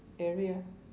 area